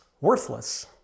worthless